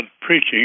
preaching